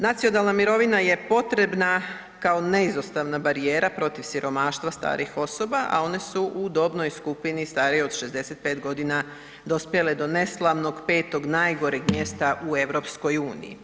Nacionalna mirovina je potrebna kao neizostavna barijera protiv siromaštva starijih osoba, a one su u dobnoj skupini stariji od 65 godina dospjele do neslavnog petog najgoreg mjesta u EU.